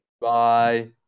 bye